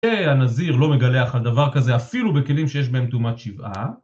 הנזיר לא מגלה אחר דבר כזה אפילו בכלים שיש בהם תאומת שבעה